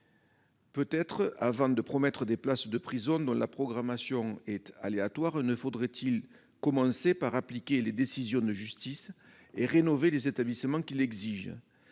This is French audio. Peut-être, avant de promettre des places de prison, dont la programmation est aléatoire, faut-il commencer par appliquer les décisions de justice et rénover les établissements qui l'exigent